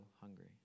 hungry